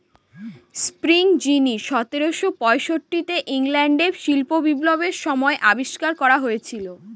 spinning jenny সতেরোশো পয়ষট্টিতে ইংল্যান্ডে শিল্প বিপ্লবের সময় আবিষ্কার করা হয়েছিল